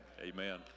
amen